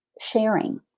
sharing